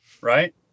right